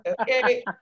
okay